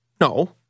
No